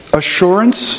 assurance